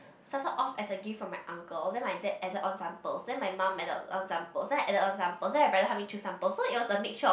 started off as a gift from my uncle then my dad added on some pearls then my mum added on some pearls then I added on some pearls then my brother help me choose some pearls so it was a mixture of